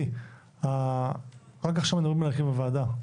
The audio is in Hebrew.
מוסי, רק עכשיו מדברים על הרכב הוועדה.